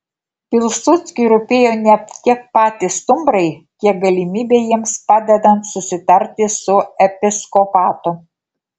pilsudskiui rūpėjo ne tiek patys stumbrai kiek galimybė jiems padedant susitarti su episkopatu